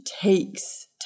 takes